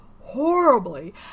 horribly